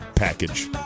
package